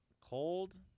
cold